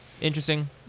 interesting